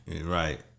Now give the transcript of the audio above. Right